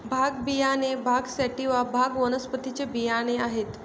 भांग बियाणे भांग सॅटिवा, भांग वनस्पतीचे बियाणे आहेत